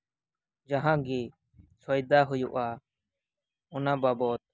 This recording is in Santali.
ᱡᱟᱦᱟᱸ ᱜᱤ ᱥᱚᱭᱫᱟ ᱦᱩᱭᱩᱜᱼᱟ ᱚᱱᱟ ᱵᱟᱵᱚᱫ